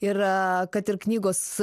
ir kad ir knygos